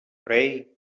brej